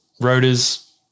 Rotors